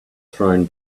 thrown